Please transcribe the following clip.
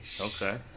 Okay